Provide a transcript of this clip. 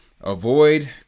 Avoid